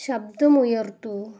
ശബ്ദമുയർത്തൂ